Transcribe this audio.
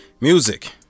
Music